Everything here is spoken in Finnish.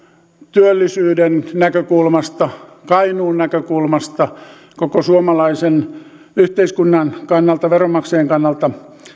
työllisyyden näkökulmasta kainuun näkökulmasta koko suomalaisen yhteiskunnan kannalta veronmaksajien kannalta